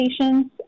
patients